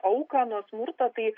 auką nuo smurto tai